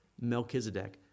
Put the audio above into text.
Melchizedek